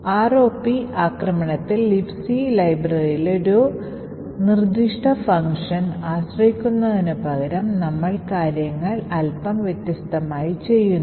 ROP ആക്രമണത്തിൽ Libc ലൈബ്രറിയിലെ ഒരു നിർദ്ദിഷ്ട ഫംഗ്ഷൻ ആശ്രയിക്കുന്നതിനുപകരം നമ്മൾ കാര്യങ്ങൾ അൽപം വ്യത്യസ്തമായി ചെയ്യുന്നു